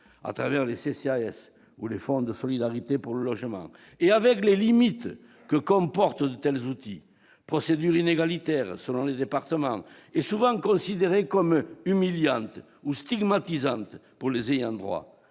curatif, les CCAS ou les fonds de solidarité pour le logement, avec les limites que comportent de tels outils : procédures inégalitaires selon les départements et souvent considérées comme humiliantes ou stigmatisantes pour les ayants droit.